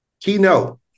Keynote